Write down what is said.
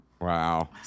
Wow